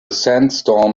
sandstorm